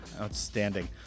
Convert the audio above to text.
outstanding